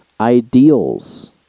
ideals